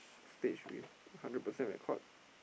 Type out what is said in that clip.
stage with hundred percent record